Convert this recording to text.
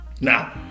Now